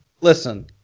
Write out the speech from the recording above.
listen